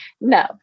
No